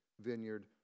vineyard